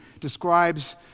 describes